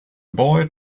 boy